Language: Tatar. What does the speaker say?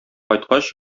кайткач